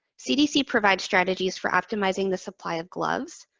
cdc provides strategies for optimizing the supply of gloves,